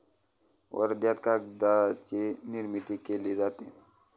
वर्ध्यात कागदाची निर्मिती केली जाते